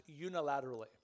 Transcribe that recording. unilaterally